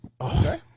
Okay